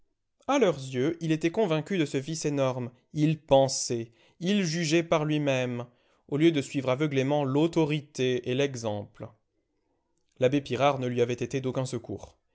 a leurs yeux il était convaincu de ce vice énorme il pensait il jugeait par lui-même au lieu de suivre aveuglément l'autorité et l'exemple l'abbé pirard ne lui avait été d'aucun secours